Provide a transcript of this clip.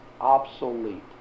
Obsolete